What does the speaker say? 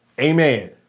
Amen